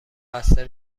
مقصر